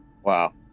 Wow